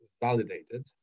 validated